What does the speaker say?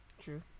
True